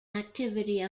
activity